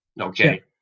okay